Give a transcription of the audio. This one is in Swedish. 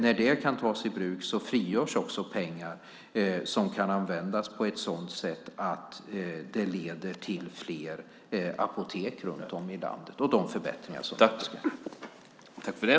När det kan tas i bruk frigörs också pengar som kan användas på ett sådant sätt att det leder till fler apotek runt om i landet och de förbättringar som följer av det.